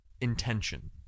intention